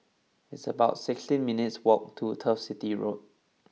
it's about sixteen minutes' walk to Turf City Road